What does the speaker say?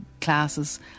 classes